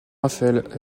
raphaël